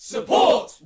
Support